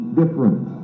different